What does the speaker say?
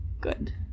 good